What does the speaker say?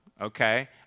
okay